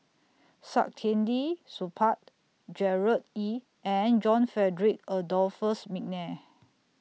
Saktiandi Supaat Gerard Ee and John Frederick Adolphus Mcnair